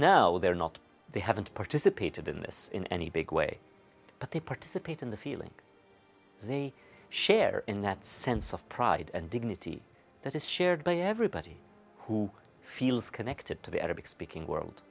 now they're not they haven't participated in this in any big way but they participate in the feeling they share in that sense of pride and dignity that is shared by everybody who feels connected to the arabic speaking world